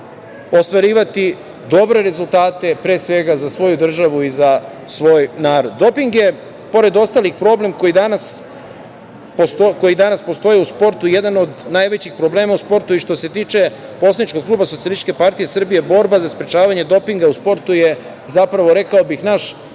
ostvarivati dobre rezultate za svoju državu i za svoj narod. Doping je, pored ostalih, problem koji danas postoji u sportu, jedan od najvećih problema u sportu i što se tiče poslaničkog kluba Socijalističke partije Srbije borba za sprečavanje dopinga u sportu je zapravo, rekao bih, naš